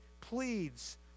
pleads